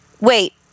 Wait